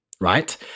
right